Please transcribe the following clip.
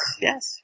yes